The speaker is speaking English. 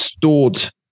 Stored